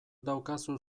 daukazu